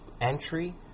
entry